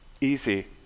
Easy